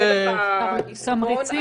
בסוף יש ביצוע איך עושים את זה.